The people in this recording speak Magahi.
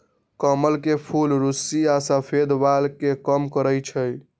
कमल के फूल रुस्सी आ सफेद बाल के कम करई छई